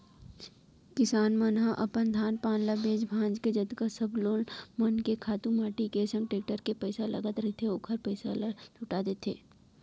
किसान मन ह अपन धान पान ल बेंच भांज के जतका सब लोगन मन के खातू माटी के संग टेक्टर के पइसा लगत रहिथे ओखर पइसा ल लहूटा देथे